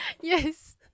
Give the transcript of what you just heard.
Yes